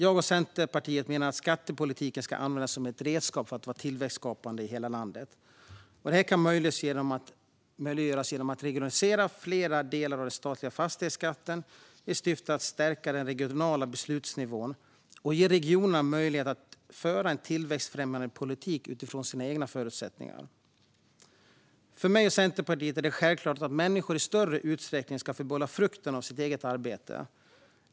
Jag och Centerpartiet menar att skattepolitiken ska användas som ett redskap för att skapa tillväxt i hela landet. Detta kan göras genom att man regionaliserar flera delar av den statliga fastighetsskatten i syfte att stärka den regionala beslutsnivån och ge regionerna möjligheter att föra en tillväxtfrämjande politik utifrån sina egna förutsättningar. För mig och Centerpartiet är det självklart att människor i större utsträckning ska få behålla frukten av sitt eget arbete.